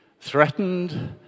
threatened